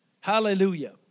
Hallelujah